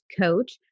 coach